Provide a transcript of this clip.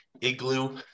igloo